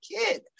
kid